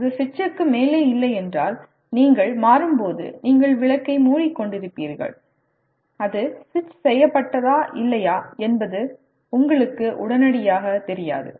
இது சுவிட்சுக்கு மேலே இல்லையென்றால் நீங்கள் மாறும்போது நீங்கள் விளக்கை மூடிக்கொண்டிருப்பீர்கள் அது சுவிட்ச் செய்யப்பட்டதா இல்லையா என்பது உங்களுக்கு உடனடியாகத் தெரியாது